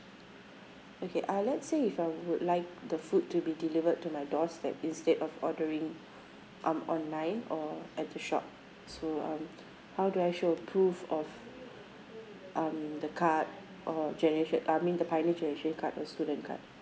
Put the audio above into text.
okay uh let's say if I would like the food to be delivered to my doorstep instead of ordering um online or at the shop so um how do I show proof of um the card or generation I mean the pioneer generation card or student card